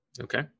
Okay